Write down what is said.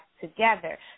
together